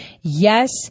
Yes